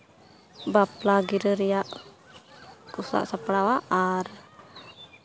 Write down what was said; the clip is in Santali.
ᱵᱟᱯᱞᱟ ᱜᱤᱨᱟᱹ ᱨᱮᱭᱟᱜ ᱠᱚ ᱥᱟᱵ ᱥᱟᱯᱲᱟᱣᱟ ᱟᱨ